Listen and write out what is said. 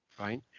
right